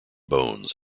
bones